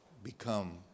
become